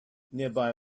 nearby